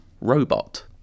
Robot